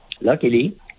luckily